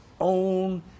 own